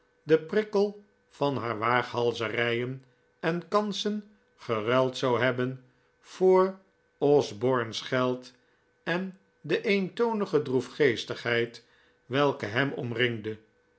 den prikkel van haar waaghalzerijen en kansen geruild zou hebben voor osborne's geld en de eentonige droefgeestigheid welke hem omringde